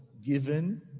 given